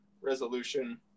resolution